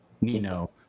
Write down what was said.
Nino